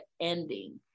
ending